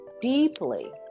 deeply